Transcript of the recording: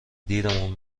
دیرمون